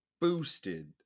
boosted